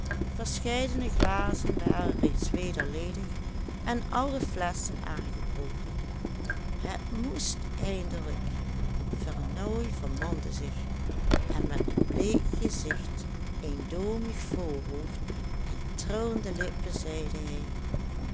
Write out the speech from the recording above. verscheidene glazen waren reeds weder ledig en alle flesschen aangebroken het moest eindelijk vernooy vermande zich en met een bleek gezicht een domig voorhoofd en trillende lippen zeide hij